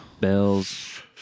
Bells